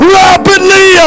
rapidly